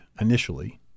initially